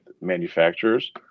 manufacturers